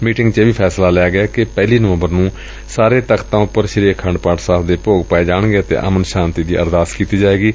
meeting ਚ ਇਹ ਵੀ ਫੈਸਲਾ ਲਿਆ ਗਿਆ ਕਿ ਪਹਿਲੀ ਨਵੰਬਰ ਨੂੰ ੂਸਾਰੇ ਤਖ਼ਤਾਂ ਉਪਰ ਸ੍ਰੀ ਆਖੰਡ ਪਾਠ ਦੇ ਭੋਗ ਪਾਏ ਜਾਣਗੇ ਅਤੇ ਅਮਨ ਸ਼ਾਂਤੀ ਦੀ ਅਰਦਾਸ ਕੀਤੀ ਜਾਏਗੀ